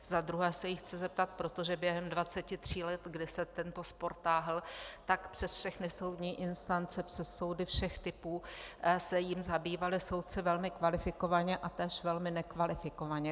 Za druhé se jí chci zeptat, protože během 23 let, kdy se tento spor táhl, tak přes všechny soudní instance, přes soudy všech typů se jím zabývali soudci velmi kvalifikovaně a též velmi nekvalifikovaně.